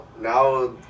now